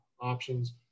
options